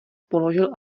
položil